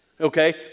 okay